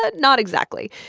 ah not exactly.